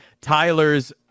Tyler's